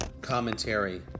commentary